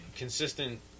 consistent